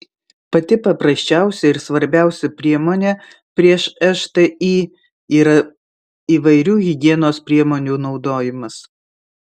pati paprasčiausia ir svarbiausia priemonė prieš šti yra įvairių higienos priemonių naudojimas